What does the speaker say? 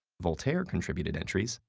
voltaire contributed entries,